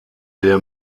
der